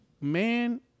man